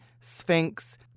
Sphinx